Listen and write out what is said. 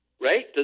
Right